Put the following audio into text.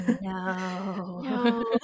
No